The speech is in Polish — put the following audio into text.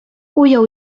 ujął